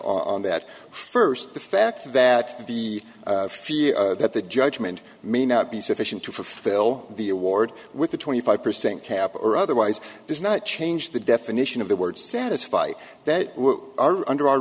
on that first the fact that the feel that the judgment may not be sufficient to fulfill the award with a twenty five percent cap or otherwise does not change the definition of the word satisfied that are under our